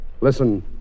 Listen